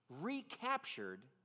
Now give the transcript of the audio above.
recaptured